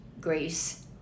grace